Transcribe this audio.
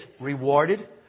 rewarded